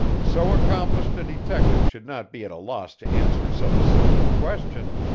so accomplished a detective should not be at a loss to answer so simple a question.